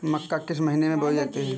मक्का किस महीने में बोई जाती है?